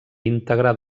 íntegra